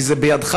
כי זה בידך,